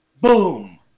boom